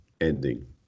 ending